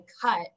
cut